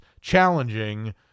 challenging